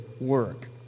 work